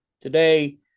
Today